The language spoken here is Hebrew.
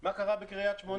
מה קרה בקרית שמונה.